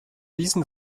diesen